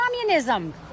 communism